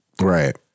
Right